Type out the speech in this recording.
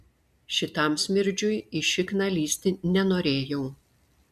šitam smirdžiui į šikną lįsti nenorėjau